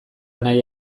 nahi